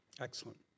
Excellent